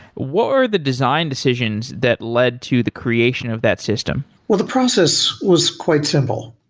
what were the designed decisions that led to the creation of that system? well, the process was quite simple.